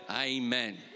Amen